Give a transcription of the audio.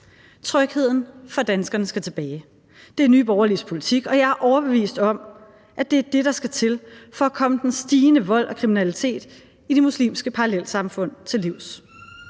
Trygheden for danskerne skal tilbage. Det er Nye Borgerliges politik, og jeg er overbevist om, at det er det, der skal til, for at komme den stigende vold og kriminalitet i de muslimske parallelsamfund til livs.